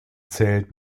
zählt